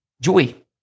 joey